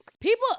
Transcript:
People